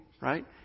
right